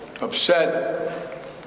upset